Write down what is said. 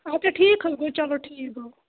اَدٕ کیٛاہ ٹھیٖک حظ گوٚو چلو ٹھیٖک گوٚو